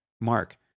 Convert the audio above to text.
Mark